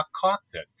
cockpit